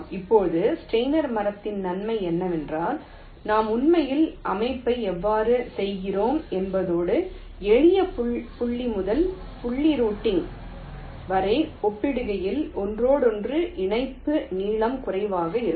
இப்போது ஸ்டெய்னர் மரத்தின் நன்மை என்னவென்றால் நாம் உண்மையில் அமைப்பை எவ்வாறு செய்கிறோம் என்பதோடு எளிய புள்ளி முதல் புள்ளி ரூட்டிங் வரை ஒப்பிடுகையில் ஒன்றோடொன்று இணைப்பு நீளம் குறைவாக இருக்கும்